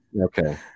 Okay